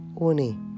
Uni